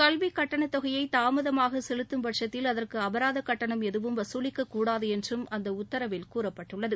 கல்விக் கட்டணத்தொகையை தாமதமாக செலுத்தும்பட்சத்தில் அதற்கு அபாரத கட்டணம் எதுவும் வசூலிக்கக்கூடாது என்றும் அந்த உத்தரவில் கூறப்பட்டுள்ளது